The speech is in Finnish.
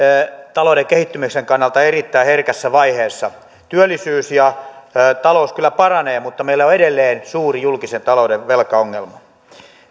talouden kehittymisen kannalta erittäin herkässä vaiheessa työllisyys ja talous kyllä paranevat mutta meillä on edelleen suuri julkisen talouden velkaongelma